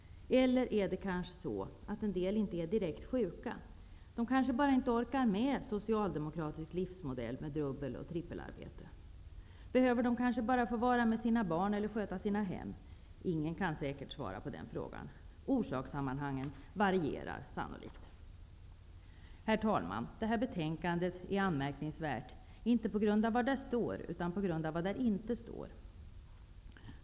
Eller är det kanske så att en del inte är direkt sjuka? De kanske inte orkar med en socialdemokratisk livsmodell med dubbel och trippelarbete. De kanske bara behöver vara med sina barn eller sköta sina hem. Ingen kan säkert svara på den frågan. Orsakssammanhangen varierar sannolikt. Herr talman! Detta betänkande är anmärkningsvärt -- inte på grund av vad som står i det, utan på grund av vad som inte står i det.